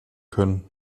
können